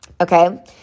Okay